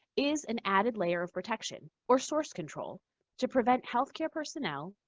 is an added layer of protection or source control to prevent healthcare personnel,